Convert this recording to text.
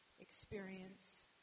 experience